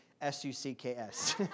S-U-C-K-S